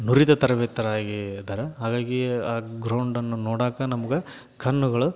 ನುರಿತ ತರ್ಬೇತದಾರ್ರಾಗಿ ಇದ್ದಾರೆ ಹಾಗಾಗಿ ಆ ಗ್ರೌಂಡನ್ನು ನೋಡಕ್ಕೆ ನಮ್ಗೆ ಕಣ್ಣುಗಳು